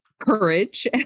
courage